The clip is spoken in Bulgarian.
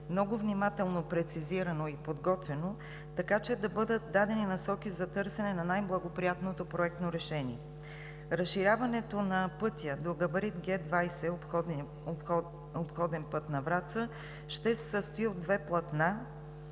много внимателно прецизирано и подготвено, така че да бъдат дадени насоки за търсене на най-благоприятното проектно решение. Разширяването на пътя до габарит – Г-20, обходен път на Враца, ще се състои от две пътни